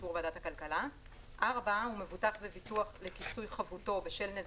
באישור ועדת הכלכלה; הוא מבוטח בביטוח לכיסוי חבותו בשל נזקים,